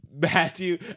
Matthew